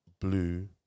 blue